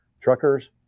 truckers